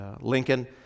Lincoln